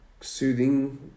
Soothing